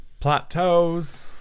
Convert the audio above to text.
Plateaus